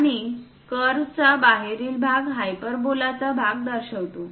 आणि कर्व चा बाहेरील भाग हायपरबोलाचा भाग दर्शवितो